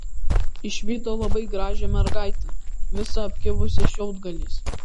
išvydo labai gražią mergaitę visą apkibusią šiaudgaliais